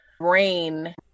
brain